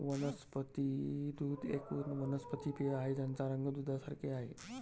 वनस्पती दूध एक वनस्पती पेय आहे ज्याचा रंग दुधासारखे आहे